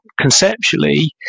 conceptually